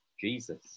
Jesus